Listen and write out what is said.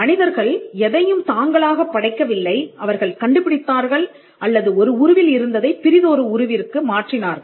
மனிதர்கள் எதையும் தாங்களாகப் படைக்கவில்லை அவர்கள் கண்டுபிடித்தார்கள் அல்லது ஒரு உருவில் இருந்ததை பிரிதொரு உருவிற்கு மாற்றினார்கள்